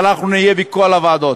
אבל אנחנו נהיה בכל הוועדות.